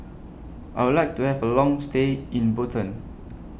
I Would like to Have A Long stay in Bhutan